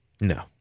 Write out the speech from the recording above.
No